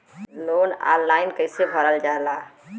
Loan online कइसे भरल जाला?